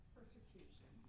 Persecution